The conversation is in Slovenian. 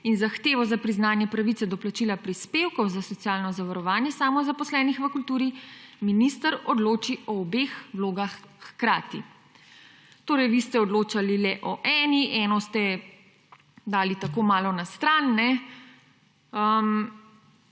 in zahtevo za priznanje pravice do plačila prispevkov za socialno zavarovanje samozaposlenih v kulturi, minister odloči o obeh vlogah hkrati.« Vi ste odločali le o eni, eno ste dali tako malo na stran. Kaj